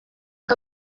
nka